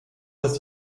das